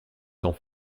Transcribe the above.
sans